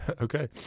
okay